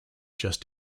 just